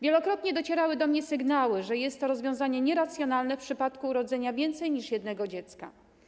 Wielokrotnie docierały do mnie sygnały, że jest to rozwiązanie nieracjonalne w przypadku urodzenia więcej niż jednego dziecka.